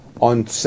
on